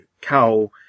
cow